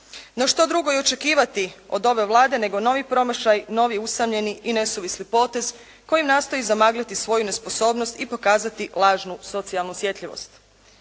No što drugo i očekivati od ove Vlade, nego novi promašaj, novi usamljeni i nesuvisli potez kojim nastoje zamagliti svoju nesposobnost i pokazati lažnu socijalnu osjetljivost.